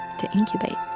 to incubate